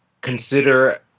consider